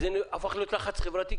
זה הפך להיות לחץ חברתי,